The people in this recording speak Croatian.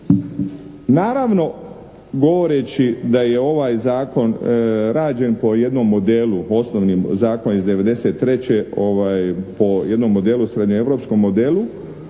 Naravno, govoreći da je ovaj zakon rađen po jednom modelu osnovni zakon iz '93. po jednom modelu, srednje-europskom modelu